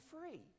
free